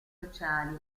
sociali